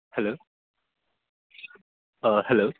hello hello